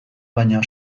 baina